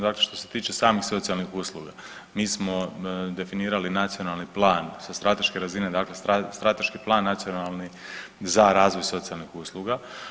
Dakle što se tiče samih socijalnih usluga, mi smo definirali nacionalni plan sa strateške razine, dakle strateški plan nacionalni za razvoj socijalnih usluga.